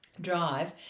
drive